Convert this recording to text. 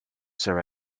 sir